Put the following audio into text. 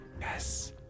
Yes